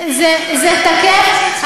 זה תקף,